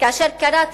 כאשר קראתי,